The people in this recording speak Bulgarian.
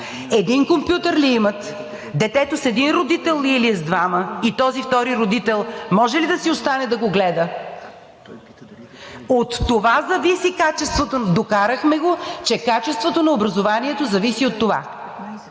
един компютър ли имат, детето с един родител ли е, или е с двама, и този втори родител може ли да си остане да го гледа? От това зависи качеството. Докарахме го, че качеството на образованието зависи от това.